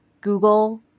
Google